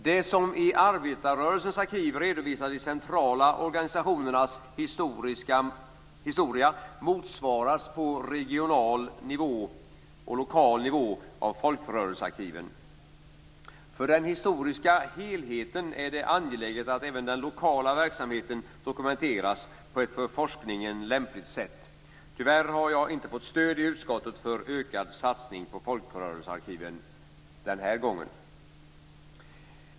Det som i Arbetarrörelsens Arkiv redovisas om de centrala organisationernas historia motsvaras på regional och lokal nivå av materialet i folkrörelsearkiven. För den historiska helheten är det angeläget att även den lokala verksamheten dokumenteras på ett för forskningen lämpligt sätt. Tyvärr har jag den här gången inte fått stöd i utskottet för ökad satsning på folkrörelsearkiven.